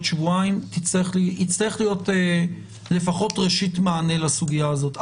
שבועיים יצטרך להיות לפחות ראשית מענה לסוגיה הזאת.